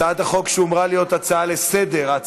הצעת החוק הומרה להצעה לסדר-היום.